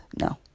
No